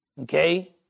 Okay